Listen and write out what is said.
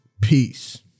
peace